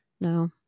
No